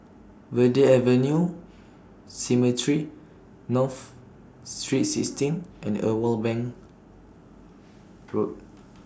Verde Avenue Cemetry North Saint sixteen and Irwell Bank Road